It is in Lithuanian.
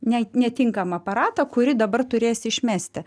ne netinkamą aparatą kurį dabar turėsi išmesti